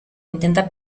intenta